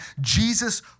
Jesus